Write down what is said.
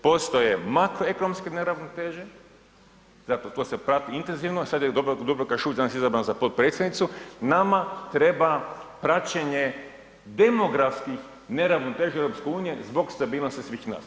Postoje makroekonomske neravnoteže, zato to se prati intenzivno, sad je Dubravka Šuica izabrana za potpredsjednicu, nama treba praćenje demografskih neravnoteža EU zbog stabilnosti svih nas.